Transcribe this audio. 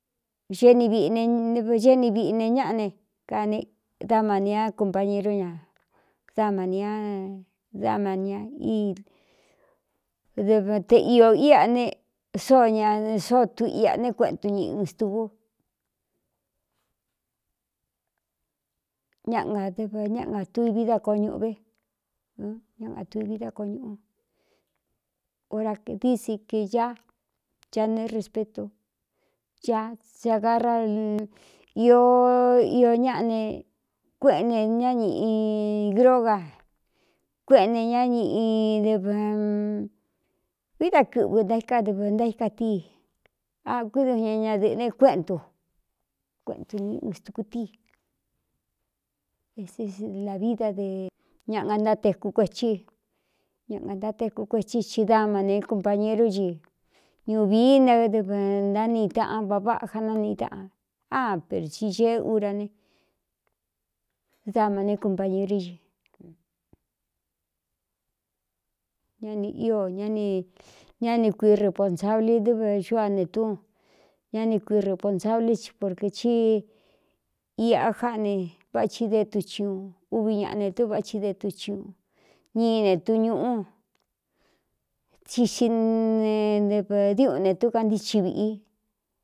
Evꞌvgeeni viꞌine ñáꞌa ne kane damania cumpañerú ña aan damania i dte iō íꞌa ne sóó ña sóo tu iꞌa né kueꞌntu ñ ɨn stuku ñnadɨv ñáꞌnga tui vií da ko ñuꞌu ve ñá ngatui vií dá koo ñuꞌu ora dií si kē ñaa cha neé respetu cha sa gara īó iō ñaꞌa ne kuéꞌene ñáñīꞌi groga kuéꞌene ñáñiꞌi dɨv vií da kɨꞌvɨ ntaíkadɨvɨ ntaíka tíi á kuídu ña ñadɨ̄ꞌɨ̄ ne kuéꞌntu kueꞌntu ni ɨn stuku tíi éélāvií da de ñaꞌ nga ntáteku kuethí ña ngā ntáteku kuethí ti dáma ne kumpañerú ñɨ ñiuvií nadɨvɨ ntáni taꞌan vaváꞌa jánanii táꞌan á per tsi ñeé ura ne dama né kupañerú ɨ ñáni ío ñ ñá ni kui reponsabli dɨ́ve xú a ne tú ñá ni kui responsablí i porkɨ chí iꞌa jáꞌa ne vachi de tuchi ñu uvi ñaꞌa ne tún váꞌchi de tuchiñu ñiine tu ñuꞌú tsí xine dɨveꞌ diuꞌun ne túkaan ntíchin viꞌi.